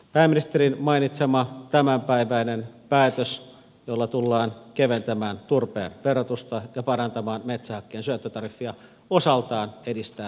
pääministerin mainitsema tämänpäiväinen päätös jolla tullaan keventämään turpeen verotusta ja parantamaan metsähakkeen syöttötariffia osaltaan edistää tätä tavoitetta